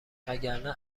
وگرنه